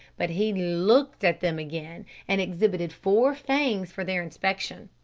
but he looked at them again and exhibited four fangs for their inspection.